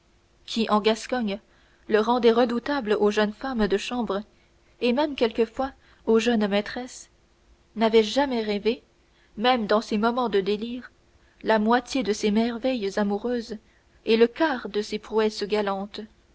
qui en gascogne le rendait redoutable aux jeunes femmes de chambre et même quelquefois aux jeunes maîtresses n'avait jamais rêvé même dans ces moments de délire la moitié de ces merveilles amoureuses et le quart de ces prouesses galantes